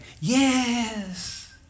yes